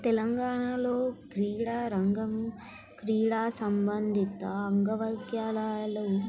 తెలంగాణలో క్రీడారంగము క్రీడా సంబంధిత అంగవైక్యాలయాలు